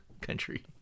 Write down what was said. country